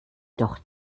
doch